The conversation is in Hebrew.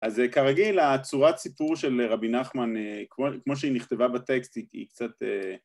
‫אז כרגיל, הצורת סיפור של רבי נחמן, ‫כמו שהיא נכתבה בטקסט, היא קצת...